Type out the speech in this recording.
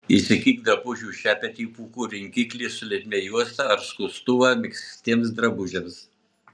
įsigyk drabužių šepetį pūkų rinkiklį su lipnia juosta ar skustuvą megztiems drabužiams